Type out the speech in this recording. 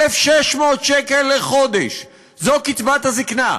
1,600 שקל לחודש, זו קצבת הזיקנה.